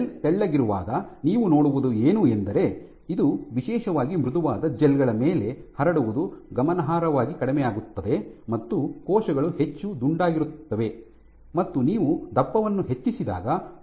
gel ತೆಳ್ಳಗಿರುವಾಗ ನೀವು ನೋಡುವುದು ಏನು ಅಂದರೆ ಇದು ವಿಶೇಷವಾಗಿ ಮೃದುವಾದ ಜೆಲ್ ಗಳ ಮೇಲೆ ಹರಡುವುದು ಗಮನಾರ್ಹವಾಗಿ ಕಡಿಮೆಯಾಗುತ್ತದೆ ಮತ್ತು ಕೋಶಗಳು ಹೆಚ್ಚಾಗಿ ದುಂಡಾಗಿರುತ್ತವೆ ಮತ್ತು ನೀವು ದಪ್ಪವನ್ನು ಹೆಚ್ಚಿಸಿದಾಗ ಕೋಶಗಳು ಹೆಚ್ಚು ಹೆಚ್ಚು ಹರಡುತ್ತವೆ